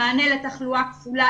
המענה לתחלואה הכפולה,